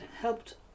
helped